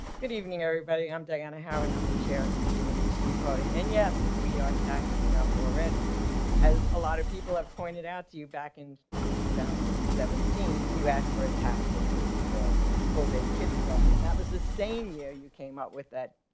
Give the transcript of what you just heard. good evening. everybody i'm diana, how and i'm the chair of the virginia beach tea party and yes, we are taxed enough already as a lot of people have point it out to you back in two thousand and seventeen. you ask for a tax increase for full day kindergarten and that was the same year. you came up with that.